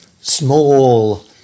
small